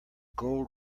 gold